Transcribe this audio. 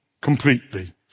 completely